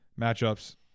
matchups